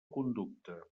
conducta